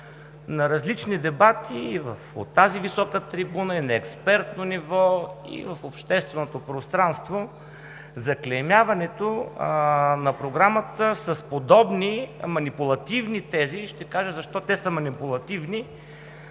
на различни дебати – и от тази висока трибуна, и на експертно ниво, и в общественото пространство заклеймяването на Програмата с подобни манипулативни тези, и ще кажа защо те са манипулативни,